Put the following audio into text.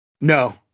No